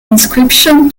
inscription